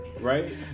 Right